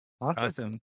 Awesome